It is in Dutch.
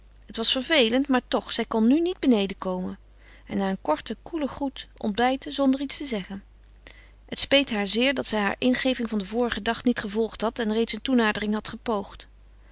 het was vervelend maar toch zij kon nu niet beneden komen en na een korten koelen groet ontbijten zonder iets te zeggen het speet haar zeer dat zij haar ingeving van den vorigen dag niet gevolgd had en reeds een toenadering had gepoogd